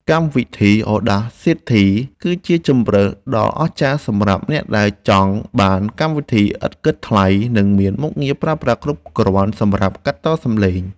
កម្មវិធីអូដាស៊ីធីគឺជាជម្រើសដ៏អស្ចារ្យសម្រាប់អ្នកដែលចង់បានកម្មវិធីឥតគិតថ្លៃ និងមានមុខងារប្រើប្រាស់គ្រប់គ្រាន់សម្រាប់កាត់តសំឡេង។